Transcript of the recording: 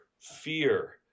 fear